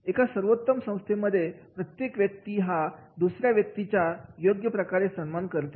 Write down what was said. एका सर्वोत्तम संस्थेमध्ये प्रत्येक व्यक्ती हा दुसऱ्या व्यक्तीचा योग्य प्रकारे सन्मान करते